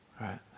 right